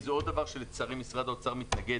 זה עוד דבר שמשרד האוצר מתנגד.